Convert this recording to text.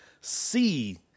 see